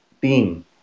team